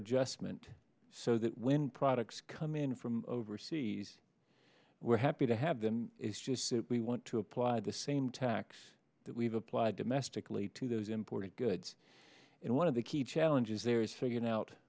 adjustment so that when products come in from overseas we're happy to have been is just we want to apply the same tax that we've applied domestically to those imported goods and one of the key challenges there is figuring out